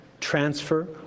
transfer